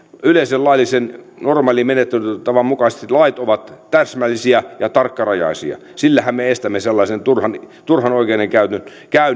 yleisen laillisen normaalin menettelytavan mukaisesti lait ovat täsmällisiä ja tarkkarajaisia sillähän me estämme sellaisen turhan turhan oikeudenkäynnin